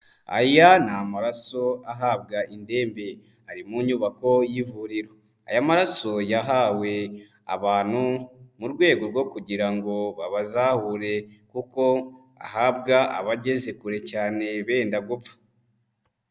Aya ni amaraso ahabwa indembe, ari mu nyubako y'ivuriro, aya maraso yahawe abantu mu rwego rwo kugira ngo babazahure kuko ahabwa abageze kure cyane benda gupfa.